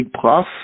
plus